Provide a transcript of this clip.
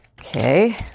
okay